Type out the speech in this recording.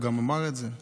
הוא גם אמר את זה.